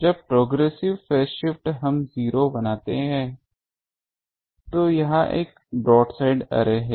जब progressive phase shift हम 0 बनाते हैं तो यह एक ब्रोडसाइड अर्रे है